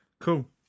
Cool